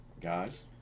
guys